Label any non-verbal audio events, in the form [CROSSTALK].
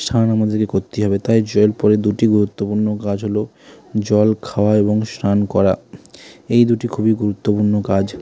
স্নান আমাদেরকে করতেই হবে তাই জল [UNINTELLIGIBLE] দুটি গুরুত্বপূর্ণ কাজ হলো জল খাওয়া এবং স্নান করা এই দুটি খুবই গুরুত্বপূর্ণ কাজ